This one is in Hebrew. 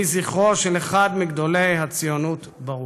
יהי זכרו של אחד מגדולי הציונות ברוך.